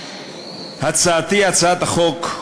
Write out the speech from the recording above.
הצעתי, הצעת החוק,